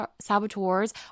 saboteurs